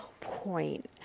point